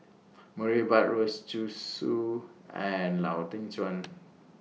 Murray Buttrose Zhu Xu and Lau Teng Chuan